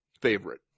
favorite